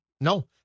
No